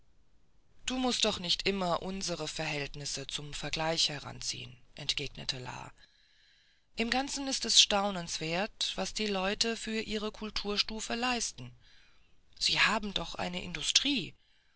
du mußt doch nicht immer unsre verhältnisse zum vergleich heranziehen entgegnete la im ganzen ist es staunenswert was die leute für ihre kulturstufe leisten sie haben doch eine industrie